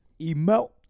Email